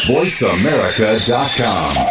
VoiceAmerica.com